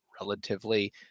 relatively